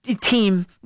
team